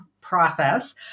process